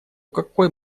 какой